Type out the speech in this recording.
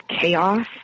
chaos